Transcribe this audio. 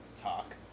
talk